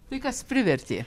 tai kas privertė